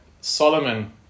solomon